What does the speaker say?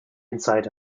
inside